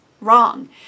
wrong